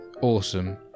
awesome